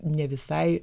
ne visai